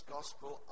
Gospel